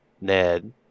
Ned